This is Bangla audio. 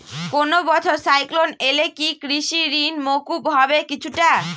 কোনো বছর সাইক্লোন এলে কি কৃষি ঋণ মকুব হবে কিছুটা?